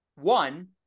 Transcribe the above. One